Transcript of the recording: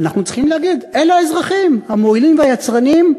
אנחנו צריכים להגיד: אלה האזרחים המועילים והיצרניים.